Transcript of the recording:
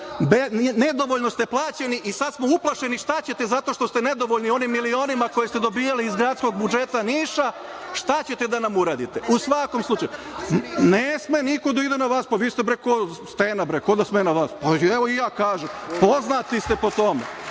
Nedovoljno ste plaćeni i sada smo uplašeni šta ćete zato što ste nezadovoljni onim milionima koje ste dobijali iz gradskog budžeta grada Niša, šta ćete da nam uradite.U svakom slučaju, ne sme niko da ide na vas, pa vi ste kao stena, ko sme na vas. Evo, i ja kažem, poznati ste po tome.